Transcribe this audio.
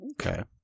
Okay